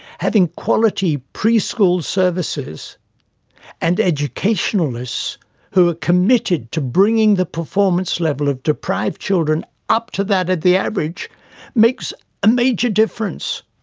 having quality pre-school services and educationalists who are committed to bringing the performance level of deprived children up to that of the average makes a major difference.